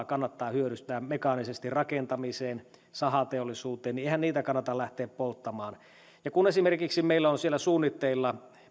kannattaa hyödyntää mekaanisesti rakentamiseen sahateollisuuteen kannata lähteä polttamaan ja kun meillä esimerkiksi on siellä suunnitteilla